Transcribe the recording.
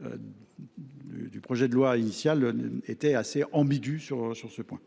Le projet de loi initial était assez ambigu sur ce point.